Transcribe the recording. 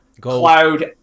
cloud